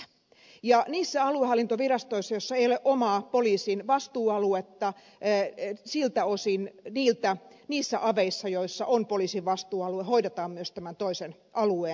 niiden aluehallintovirastojen osalta joissa ei ole omaa poliisin vastuualuetta niissä aveissa joissa on poliisin vastuualue hoidetaan myös tämän toisen alueen toiminnot